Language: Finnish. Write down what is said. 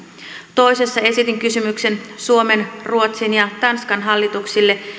toisessa esitin kysymyksen suomen ruotsin ja tanskan hallituksille